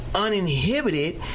uninhibited